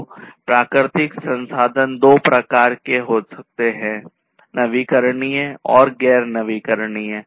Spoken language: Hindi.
तो प्राकृतिक संसाधन दो प्रकार के हो सकते हैं नवीकरणीय और गैर नवीकरणीय